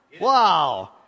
Wow